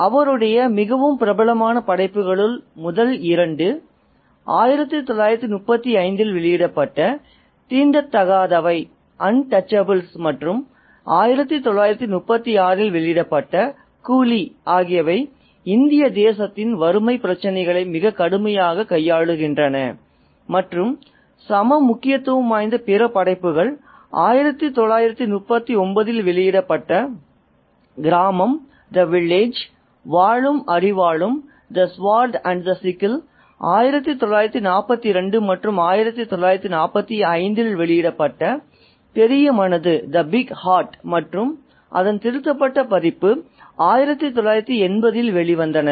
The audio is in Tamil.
அவருடைய மிகவும் பிரபலமான படைப்புகளுள் முதல் இரண்டு 1935 இல் வெளியிடப்பட்ட "தீண்டத்தகாதவை" மற்றும் 1936 இல் வெளியிடப்பட்ட "கூலி" ஆகியவை இந்திய தேசத்தின் வறுமை பிரச்சினைகளை மிகக் கடுமையாகக் கையாளுகின்றன மற்றும் சம முக்கியத்துவம் வாய்ந்த பிற படைப்புகள் 1939 இல் வெளியிடப்பட்ட "கிராமம்" "வாளும் அரிவாளும்" 1942 மற்றும் 1945 இல் வெளியிடப்பட்ட "பெரிய மனது" மற்றும் அதன் திருத்தப்பட்ட பதிப்பு 1980 இல் வெளிவந்தன